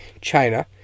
China